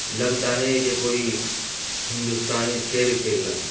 لگتا ہے کہ کوئی ہندوستانی شیر کھیل رہا ہے